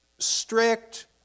strict